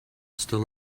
still